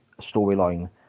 storyline